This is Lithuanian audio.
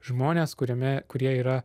žmonės kuriame kurie yra